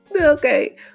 Okay